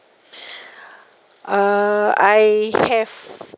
uh I have